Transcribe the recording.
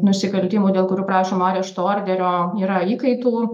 nusikaltimų dėl kurių prašoma arešto orderio yra įkaitų